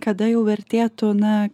kada jau vertėtų na